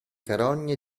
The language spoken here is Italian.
carogne